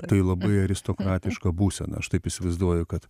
tai labai aristokratiška būsena aš taip įsivaizduoju kad